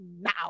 now